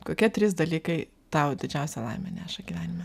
kokie trys dalykai tau didžiausią laimę neša gyvenime